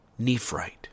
Nephrite